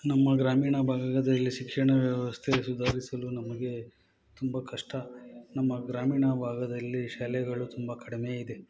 ನಮ್ಮ ಗ್ರಾಮೀಣ ಭಾಗದಲ್ಲಿ ಶಿಕ್ಷಣ ವ್ಯವಸ್ಥೆ ಸುಧಾರಿಸಲು ನಮಗೆ ತುಂಬ ಕಷ್ಟ ನಮ್ಮ ಗ್ರಾಮೀಣ ಭಾಗದಲ್ಲಿ ಶಾಲೆಗಳು ತುಂಬ ಕಡಿಮೆ ಇದೆ